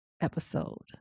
episode